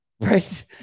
Right